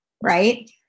right